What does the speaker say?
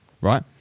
Right